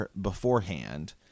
beforehand